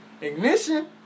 Ignition